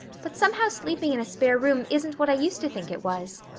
but somehow sleeping in a spare room isn't what i used to think it was.